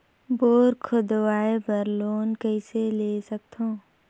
Bore खोदवाय बर loan कइसे ले सकथव?